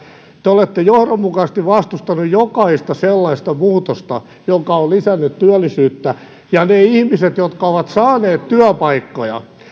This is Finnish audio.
te olette johdonmukaisesti vastustaneet jokaista sellaista muutosta joka on lisännyt työllisyyttä niiden ihmisten jotka ovat saaneet työpaikkoja